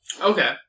Okay